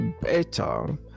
better